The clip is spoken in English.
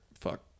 fuck